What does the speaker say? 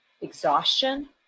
exhaustion